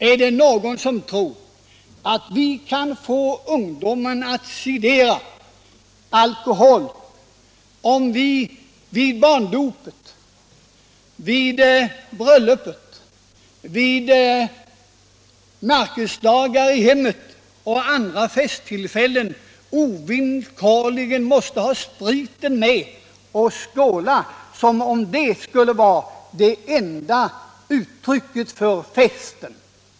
Är det någon som tror att vi kan få ungdomarna att cedera alkoholen, om vi vid barndopet, vid bröllopet, vid märkesdagar i hemmet och vid andra festtillfällen ovillkorligen måste ha spriten med och skåla som om det skulle vara det enda uttrycket för fest?